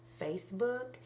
facebook